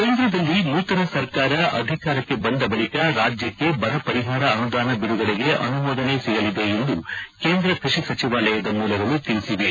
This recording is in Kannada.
ಕೇಂದ್ರದಲ್ಲಿ ನೂತನ ಸರ್ಕಾರ ಅಧಿಕಾರಕ್ಕೆ ಬಂದ ಬಳಿಕ ರಾಜ್ಜಕ್ಕೆ ಬರ ಪರಿಹಾರ ಅನುದಾನ ಬಿಡುಗಡೆಗೆ ಅನುಮೋದನೆ ಸಿಗಲಿದೆ ಎಂದು ಕೇಂದ್ರ ಕೃಷಿ ಸಚಿವಾಲಯದ ಮೂಲಗಳು ತಿಳಿಸಿವೆ